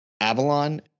Avalon